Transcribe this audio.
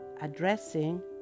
addressing